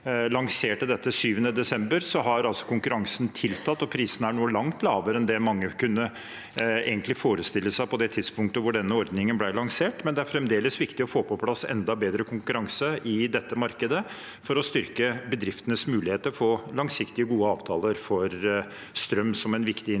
lanserte dette 7. desember, har konkurransen tiltatt. Prisene er nå langt lavere enn det mange egentlig kunne forestille seg på det tidspunktet da denne ordningen ble lansert. Det er fremdeles viktig å få på plass enda bedre konkurranse i dette markedet for å styrke bedriftenes mulighet til å få langsiktige, gode avtaler for strøm som en viktig